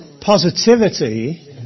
positivity